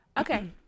Okay